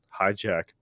hijack